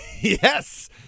Yes